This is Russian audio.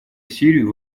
сирию